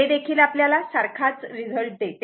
हे देखील आपल्याला सारखाच रिझल्ट देते